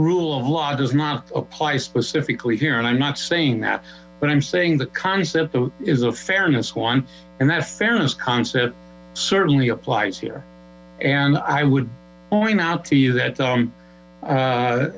rle of law does not apply specifically here and i'm not saying that but i'm saying the concept is a fairness one and that fairness concept certainly applies here and i would point out to you that